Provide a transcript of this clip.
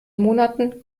monaten